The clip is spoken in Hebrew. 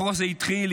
החוק הזה התחיל,